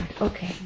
Okay